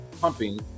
pumping